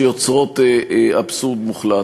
שיוצרות אבסורד מוחלט.